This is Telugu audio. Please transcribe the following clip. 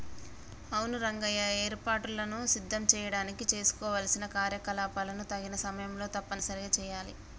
అవును రంగయ్య ఏర్పాటులను సిద్ధం చేయడానికి చేసుకోవలసిన కార్యకలాపాలను తగిన సమయంలో తప్పనిసరిగా సెయాలి